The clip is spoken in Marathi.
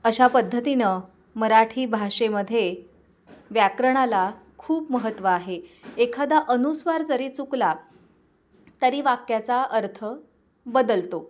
अशा पद्धतीनं मराठी भाषेमध्ये व्याकरणाला खूप महत्त्व आहे एखादा अनुस्वार जरी चुकला तरी वाक्याचा अर्थ बदलतो